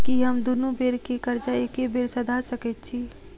की हम दुनू बेर केँ कर्जा एके बेर सधा सकैत छी?